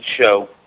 show